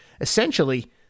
essentially